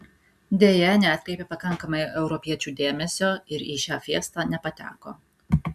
deja neatkreipė pakankamai europiečių dėmesio ir į šią fiestą nepateko